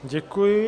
Děkuji.